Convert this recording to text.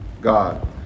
God